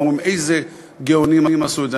ואומרים: איזה גאונים עשו את זה.